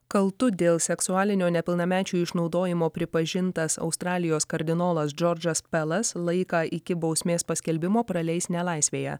kaltu dėl seksualinio nepilnamečių išnaudojimo pripažintas australijos kardinolas džordžas pelas laiką iki bausmės paskelbimo praleis nelaisvėje